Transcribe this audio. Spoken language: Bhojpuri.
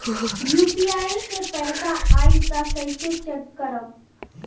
यू.पी.आई से पैसा आई त कइसे चेक करब?